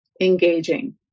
engaging